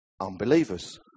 unbelievers